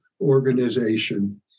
organization